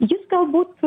jis galbūt